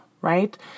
right